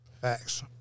Facts